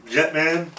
Jetman